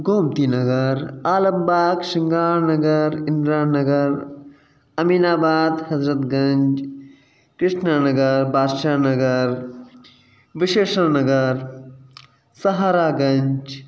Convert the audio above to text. Gomti Nagar Alambagh Shringar Nagar Indira Nagar Aminabad Hazratganj Krishna Nagar Badshah Nagar Visheshan Nagar Saharaganj